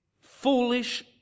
foolish